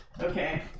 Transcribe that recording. Okay